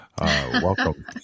welcome